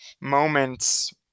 moments